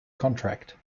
contract